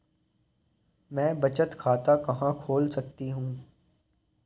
मैं बचत खाता कहां खोल सकती हूँ?